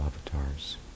avatars